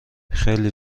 خیلی